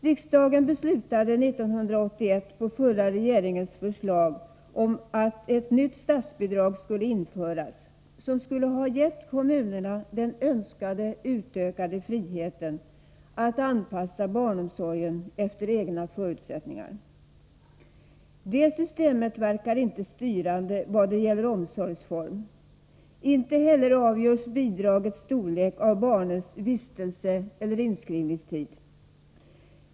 Riksdagen beslutade 1981 på den dåvarande regeringens förslag att ett nytt statsbidragssystem skulle införas, vilket skulle ha gett kommunerna den önskade utökade friheten att anpassa barnomsorgen efter egna förutsättningar. Det systemet verkar inte styrande vad gäller omsorgsform, och inte heller avgörs bidragets storlek av barnens vistelseeller inskrivningstid.